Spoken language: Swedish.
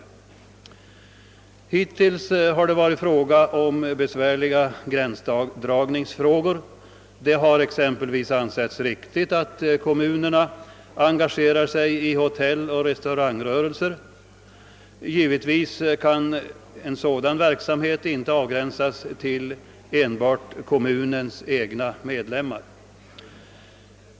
Man har hittills haft att ta ställning till besvärliga gränsdragningsfrågor. Det har exempelvis ansetts riktigt att kommunerna engagerar sig i hotelloch restaurangrörelser. Givetvis kan en sådan verksamhet inte avgränsas till enbart kommunens egna medlemmar.